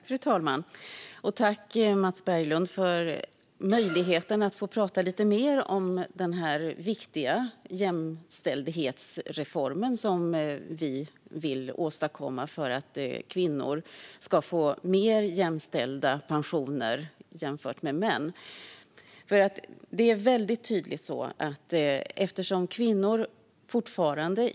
Fru talman! Tack, Mats Berglund, för möjligheten att få prata lite mer om den viktiga jämställdhetsreform som vi vill åstadkomma för att kvinnor ska få mer jämställda pensioner i förhållande till mäns pensioner.